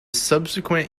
subsequent